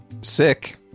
sick